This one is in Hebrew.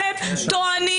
ישבתי בוועדת העבודה והרווחה,